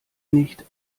nicht